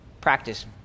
practice